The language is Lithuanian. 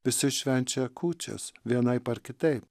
visi švenčia kūčias vienaip ar kitaip